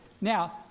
now